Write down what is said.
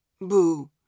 Boo